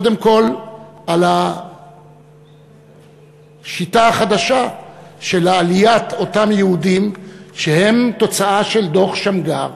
קודם כול על השיטה החדשה של עליית אותם יהודים שהם תוצאה של דוח שמגר